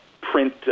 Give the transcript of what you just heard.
print